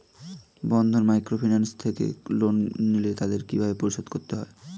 বন্ধন microfinance থেকে loan নিলে তাদের কিভাবে পরিশোধ করতে হয়?